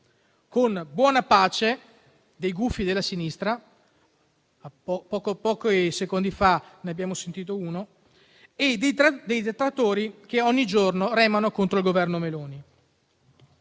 con buona pace dei gufi della sinistra - pochi secondi fa ne abbiamo sentito uno - e dei detrattori che ogni giorno remano contro il Governo Meloni.